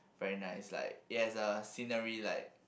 very nice like it has a scenery like